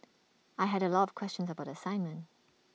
I had A lot of questions about the assignment